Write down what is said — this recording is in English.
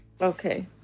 okay